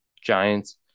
Giants